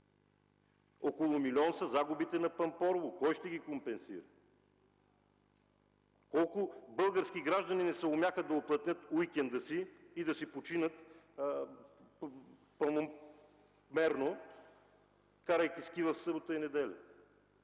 Около милион са загубите на Пампорово! Кой ще ги компенсира? Колко български граждани не съумяха да уплътнят уикенда си и да си починат пълноценно, карайки ски в събота и неделя?